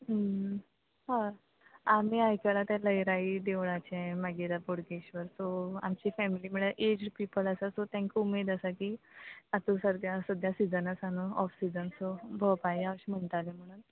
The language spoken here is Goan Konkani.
हय आमी आयकलां तें लयराई देवळाचें मागीर बोडगेश्वर सो आमची फॅमिली म्हळ्ळ्या एज पिपल आसा सो तांकां उमेद आसा की आतां सर्ग्या सद्द्या सिजन आसा न्हू ऑफ सिजन सो भोंवपा या अशें म्हणटाले म्हणन